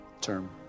term